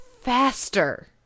faster